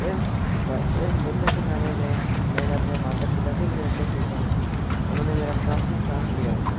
इस इस नृत्य सीखाने में मैंने अपने माता पिता से भी नृत्य सीखा उन्होंने मेरा काफ़ी साथ दिया था